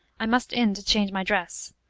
i must in to change my dress.